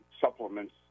supplements